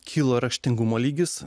kilo raštingumo lygis